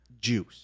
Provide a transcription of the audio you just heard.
juice